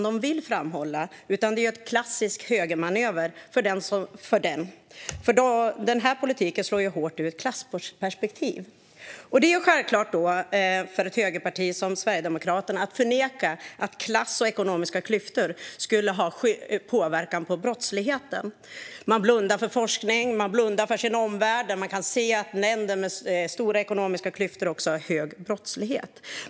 Det är en klassisk högermanöver, för denna politik slår hårt ur ett klassperspektiv. Det är självklart för ett högerparti som Sverigedemokraterna att förneka att klass och ekonomiska klyftor skulle ha påverkan på brottsligheten. Man blundar för forskning och för sin omvärld, där det går att se att länder med stora ekonomiska klyftor också har hög brottslighet.